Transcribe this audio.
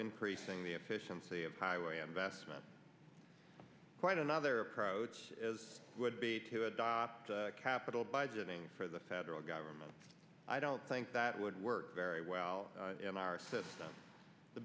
increasing the efficiency of highway investment quite another approach as it would be to adopt capital budgeting for the federal government i don't think that would work very well in our system the